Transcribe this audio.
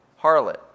harlot